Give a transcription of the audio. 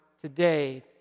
today